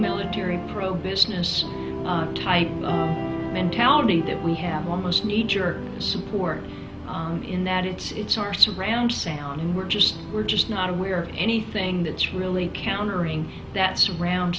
military pro business type mentality that we have almost kneejerk support in that it's our surround sound and we're just we're just not aware of anything that's really countering that surround